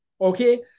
okay